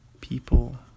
people